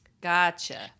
Gotcha